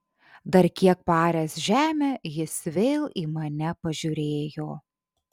dar kiek paaręs žemę jis vėl į mane pažiūrėjo